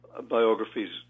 biographies